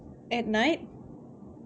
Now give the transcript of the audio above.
at night